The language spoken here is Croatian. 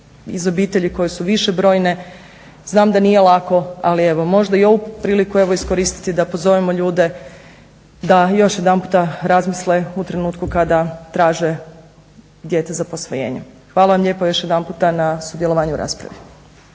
iz obitelji koje su višebrojne. Znam da nije lako, ali evo možda i ovu priliku evo iskoristiti da pozovemo ljude da još jedanputa razmisle u trenutku kada traže dijete za posvojenje. Hvala vam lijepo još jedanputa na sudjelovanju u raspravi.